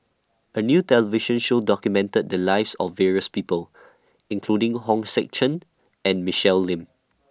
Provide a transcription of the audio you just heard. A New television Show documented The Lives of various People including Hong Sek Chern and Michelle Lim